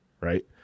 right